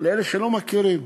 לאלה שלא מכירים: